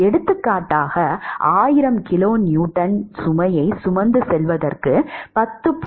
எடுத்துக்காட்டாக 1000 கிலோநியூட்டன் சுமையைச் சுமந்து செல்வதற்கு 10